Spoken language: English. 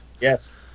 Yes